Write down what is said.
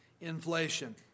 inflation